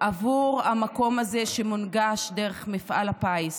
עבור המקום הזה שמונגש דרך מפעל הפיס.